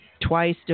twice